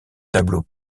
tableaux